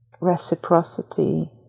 reciprocity